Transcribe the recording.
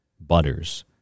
butters